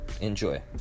Enjoy